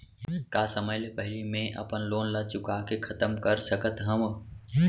का समय ले पहिली में अपन लोन ला चुका के खतम कर सकत हव?